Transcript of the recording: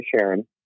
Sharon